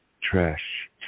trash